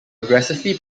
aggressively